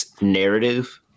narrative